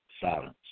silence